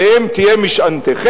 עליהם תהיה משענתכם,